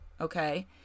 okay